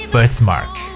Birthmark